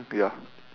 ya